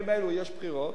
בימים האלו יש בחירות,